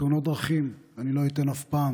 לתאונות דרכים אני לא אתן אף פעם